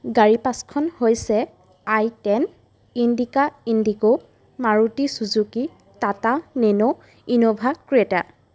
গাড়ী পাঁচখন হৈছে i ten Indica Indigo Maruti Suzuki Tata Nano Innova ক্ৰেতা